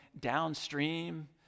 downstream